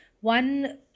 one